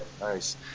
nice